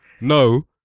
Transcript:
no